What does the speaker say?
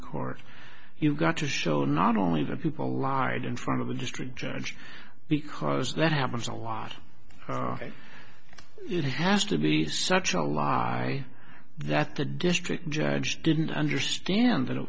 court you've got to show not only the people lied in front of the district judge because that happens a lot it has to be such a lie that the district judge didn't understand that it